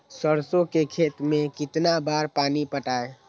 सरसों के खेत मे कितना बार पानी पटाये?